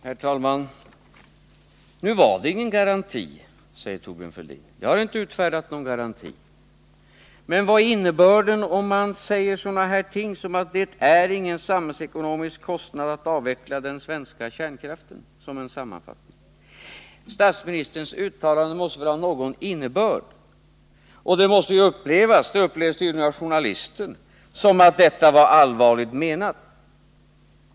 Herr talman! Det var ingen garanti, säger Thorbjörn Fälldin nu — jag har inte utfärdat någon garanti. Men vad är innebörden om man, som en sammanfattning, säger sådana här ting som att det innebär ingen samhällsekonomisk kostnad att avveckla den svenska kärnkraften? Statsministerns uttalande måste väl ha någon innebörd, och det måste ju upplevas som att detta var allvarligt menat — det upplevdes ju så av journalisten.